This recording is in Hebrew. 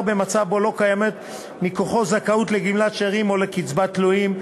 במצב שבו לא קיימת מכוחו זכאות לגמלת שאירים או לקצבת תלויים.